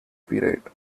period